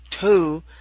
two